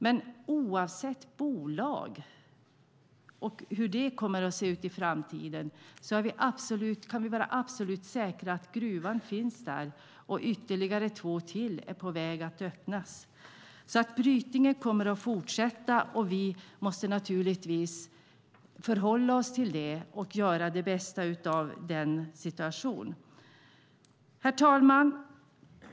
Men oavsett bolag och hur det kommer att se ut i framtiden kan vi vara absolut säkra på att gruvan finns där och att ytterligare två gruvor är på väg att öppnas. Brytningen kommer alltså att fortsätta, och vi måste naturligtvis förhålla oss till det och göra det bästa av situationen. Herr talman!